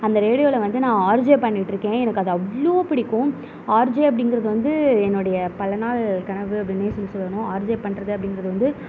அந்த ரெடியோவில் வந்து நான் ஆர்ஜே பண்ணிட்டிருக்கேன் எனக்கு அது அவ்வளோ பிடிக்கும் ஆர்ஜே அப்படிங்குறது வந்து என்னுடைய பல நாள் கனவு அப்படினே சொல்லி சொல்லணும் ஆர்ஜே பண்றது அப்படிங்குறது வந்து